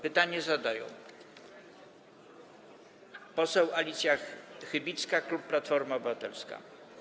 Pytanie zadaje poseł Alicja Chybicka, klub Platforma Obywatelska.